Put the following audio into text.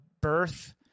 birth